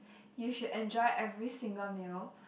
you should enjoy every single meal